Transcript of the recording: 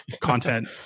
content